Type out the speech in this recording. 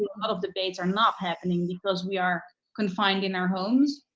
lot of debates are not happening because we are confined in our homes.